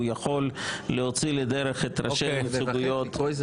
הוא יכול להוציא לדרך את ראשי הנציגויות